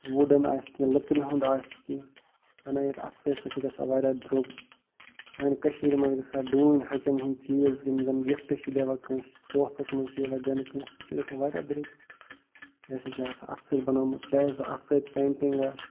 wooden آسہِ کیٚنٛہہ لکٕرِ ہُنٛد آسہِ کیٚنٛہہ بنٲوِتھ اَتھٕ سۭتۍ سُہ چھِ گژھان واریاہ درٛۅگ سانہِ کٔشیٖر منٛز گژھان ڈوٗنۍ ہَچَن ہٕنٛدۍ چیٖز یِم زَن گِفٹ چھِ دِوان کٲنٛسہِ تعوفَس منٛز چھِ یوان دِنہٕ کٲنسہِ سُہ چھُ گژھان واریاہ درٛۅگ کیٛازِ سُہ چھِ آسان اَتھٕ سۭتۍ بنوومُت چاہے سُہ اَتھٕ سۭتۍ پیٚنٹِنٛگ آسہِ